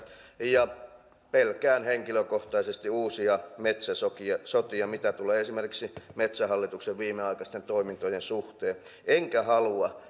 ja pelkään henkilökohtaisesti uusia metsäsotia mitä tulee esimerkiksi metsähallituksen viimeaikaisten toimintojen suhteen enkä halua